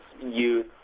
youth